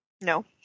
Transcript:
No